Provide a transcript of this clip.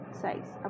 size